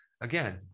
Again